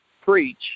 preach